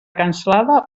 cansalada